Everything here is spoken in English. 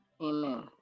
Amen